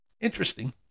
interesting